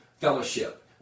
fellowship